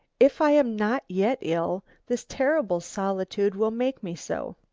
if i am not yet ill, this terrible solitude will make me so.